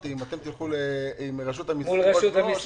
אם אתם תלכו עם רשות המיסים ראש בראש.